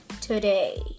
Today